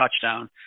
touchdown